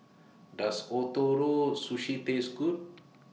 Does Ootoro Sushi Taste Good